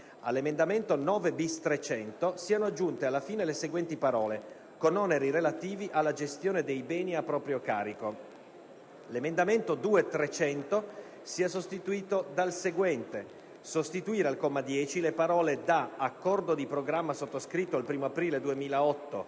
all'emendamento 9-*bis*.300 siano aggiunte, alla fine, le seguenti parole: «con oneri relativi alla gestione dei beni a proprio carico»; - l'emendamento 2.300 sia sostituito dal seguente: «sostituire al comma 10 le parole da: "accordo di programma sottoscritto il 1° aprile 2008"